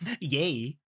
Yay